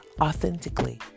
authentically